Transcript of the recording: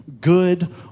good